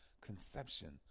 conception